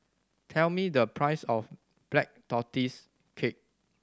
tell me the price of Black Tortoise Cake